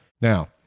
Now